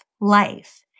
life